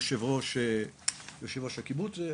יושב-ראש הקיבוץ,